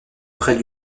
près